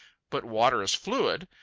but water is fluid,